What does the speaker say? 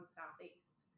southeast